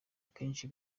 akenshi